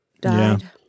died